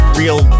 real